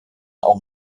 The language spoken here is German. auch